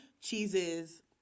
cheeses